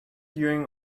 during